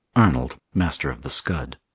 arnold, master of the scud